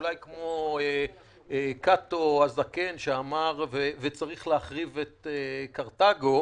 אולי כמו קאטו הזקן שאמר שצריך להחריב את קרתגו,